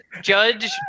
judge